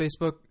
Facebook